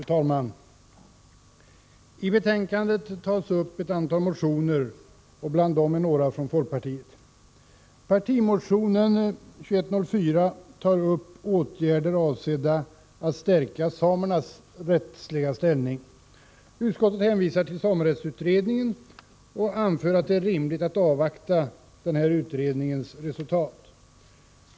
Fru talman! I detta betänkande tas upp ett antal motioner, bl.a. några från folkpartiet. Partimotion 2104 tar upp åtgärder avsedda att stärka samernas rättsliga ställning. Utskottet hänvisar till samerättsutredningen och anför att det är rimligt att avvakta denna utrednings resultat.